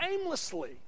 aimlessly